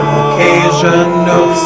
occasional